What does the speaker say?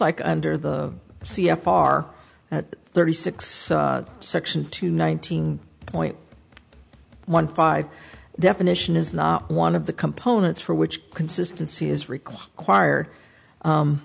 like under the c f r thirty six section two nineteen point one five definition is not one of the components for which consistency is required